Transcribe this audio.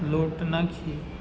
લોટ નાખી